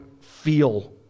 feel